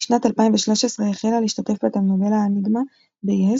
בשנת 2013 החלה להשתתף בטלנובלה "אניגמה" ב-Yes,